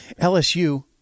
LSU